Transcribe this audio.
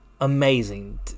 amazing